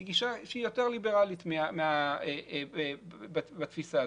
היא גישה שהיא יותר ליברלית בתפיסה הזאת.